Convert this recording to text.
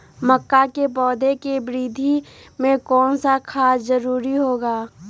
मक्का के पौधा के वृद्धि में कौन सा खाद जरूरी होगा?